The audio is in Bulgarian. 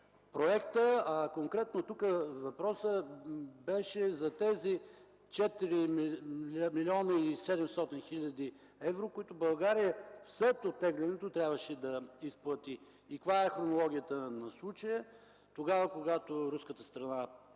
проекта, а конкретно тук въпросът беше за тези 4 млн. 700 хил. евро, които България, след оттеглянето, трябваше да изплати. Това е хронологията на случая. Тогава, когато руската страна